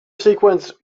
sequence